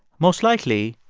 most likely,